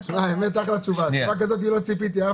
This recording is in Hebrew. לתשובה כזאת לא ציפיתי.